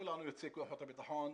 כולנו יוצאי כוחות הביטחון.